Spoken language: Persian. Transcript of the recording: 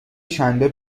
شنبه